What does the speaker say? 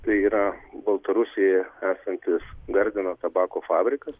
tai yra baltarusijoje esantis gardino tabako fabrikas